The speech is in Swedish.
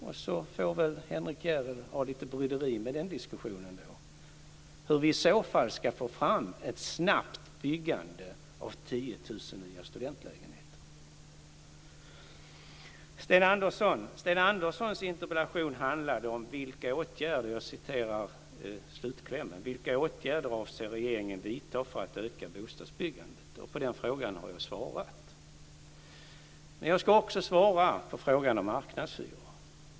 Sedan får väl Henrik Järrel ha lite bryderi med den diskussionen och hur vi i så fall ska få fram ett snabbt byggande av 10 000 nya studentlägenheter. Sten Anderssons interpellation handlade om vilka åtgärder regeringen avser att vidta för att öka bostadsbyggandet. Jag har svarat på den frågan. Men jag ska också svara på frågan om marknadshyror.